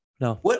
No